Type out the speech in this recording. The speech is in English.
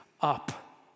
up